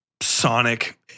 Sonic